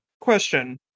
question